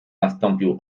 nastąpił